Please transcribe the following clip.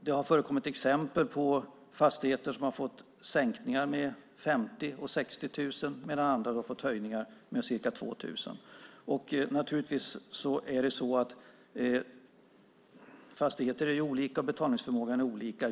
Det har förekommit exempel på fastigheter som fått sänkningar med både 50 000 och 60 000 kronor, medan andra har fått höjningar med ca 2 000 kronor. Naturligtvis är både fastigheter och betalningsförmågan olika.